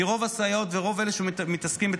כי רוב הסייעות ורוב העוסקים בתחום